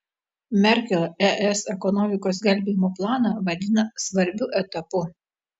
merkel es ekonomikos gelbėjimo planą vadina svarbiu etapu